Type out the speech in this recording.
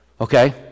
Okay